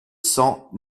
cents